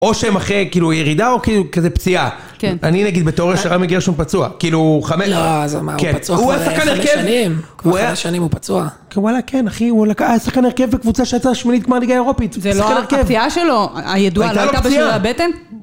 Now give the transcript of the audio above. או שהם אחרי כאילו ירידה, או כאילו כזה פציעה. -כן. -אני, נגיד, בתיאוריה שרמי גרשון פצוע. כאילו, חמל. -לא, אז מה, הוא פצוע כבר חמש שנים? כבר חמש שנים הוא פצוע? -וואלה, כן, אחי, וואלק, השחקן הרכב בקבוצה שעלתה שמינית גמר ליגה אירופית. זה לא... הפציעה שלו, הידועה, לא הייתה בשריר הבטן?